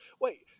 Wait